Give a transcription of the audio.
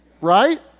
right